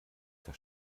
der